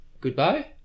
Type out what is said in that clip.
goodbye